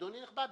אדוני הנכבד,